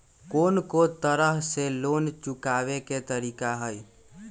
कोन को तरह से लोन चुकावे के तरीका हई?